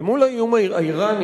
ומול האיום האירני,